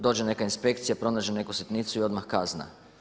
Dođe neka inspekcija, pronađe neku sitnicu i odmah kazna.